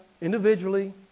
individually